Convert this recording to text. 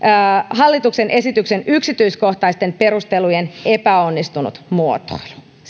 hallituksen esityksen yksityiskohtaisten perustelujen epäonnistunut muotoilu